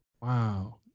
Wow